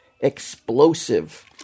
explosive